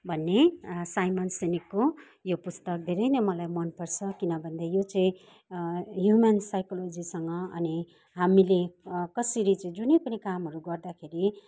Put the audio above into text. भन्ने साइमन सेनिकको यो पुस्तक धेरै नै मलाई मनपर्छ किनभन्दा यो चाहिँ ह्युम्यान साइकोलोजीसँग अनि हामीले कसरी चाहिँ जुनै पनि कामहरू गर्दाखेरि